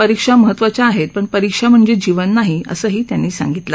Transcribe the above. परीक्षा महत्त्वाच्या आहेत पण परीक्षा म्हणजे जीवन नाही असंही त्यांनी सांगितलं